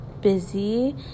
busy